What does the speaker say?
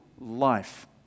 life